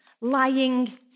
lying